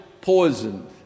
poisoned